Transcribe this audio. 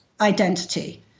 identity